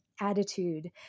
attitude